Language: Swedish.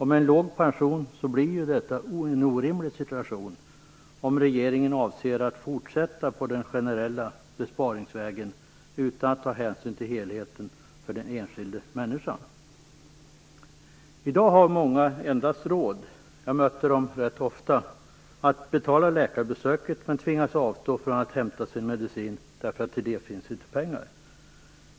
Med en låg pension blir situationen orimlig om regeringen avser att fortsätta på den generella besparingsvägen utan att ta hänsyn till helheten för den enskilda människan. I dag har många råd att betala endast läkarbesöket medan de tvingas avstå från att hämta sin medicin därför pengarna inte räcker till det - jag möter ofta människor som har det så.